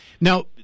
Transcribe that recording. now